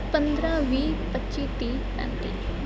ਪੰਦਰਾਂ ਵੀਹ ਪੱਚੀ ਤੀਹ ਪੈਂਤੀ